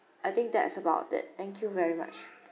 I think that's about it thank you very much